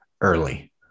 early